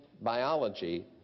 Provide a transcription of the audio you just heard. biology